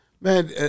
Man